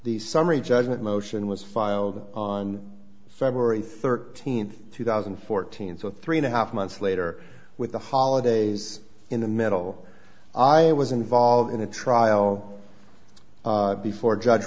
the summary judgment motion was filed on february thirteenth two thousand and fourteen so three and a half months later with the holidays in the middle i was involved in a trial before judge